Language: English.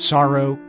Sorrow